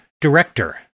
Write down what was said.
director